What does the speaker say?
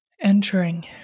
entering